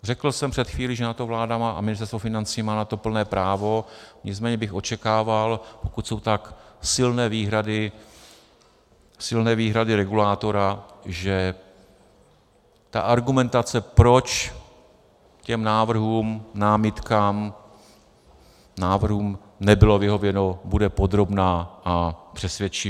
Řekl jsem před chvílí, že na to vláda a Ministerstvo financí mají plné právo, nicméně bych očekával, pokud jsou tak silné výhrady, silné výhrady regulátora, že ta argumentace, proč těm návrhům, námitkám, návrhům nebylo vyhověno, bude podrobná a přesvědčivá.